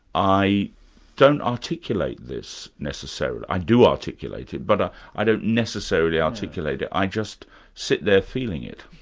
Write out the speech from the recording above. i don't articulate this necessarily. i do articulate it, but i don't necessarily articulate it. i just sit there feeling it.